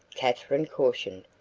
katherine cautioned.